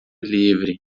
livre